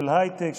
של הייטק,